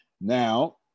Now